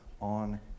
on